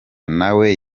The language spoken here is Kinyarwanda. nawe